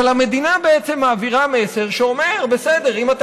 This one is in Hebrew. אבל המדינה בעצם מעבירה מסר שאומר: אם אתה